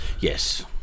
yes